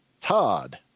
todd